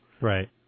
Right